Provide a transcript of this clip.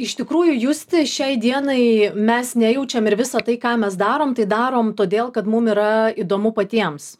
iš tikrųjų justi šiai dienai mes nejaučiam ir visa tai ką mes darom tai darom todėl kad mum yra įdomu patiems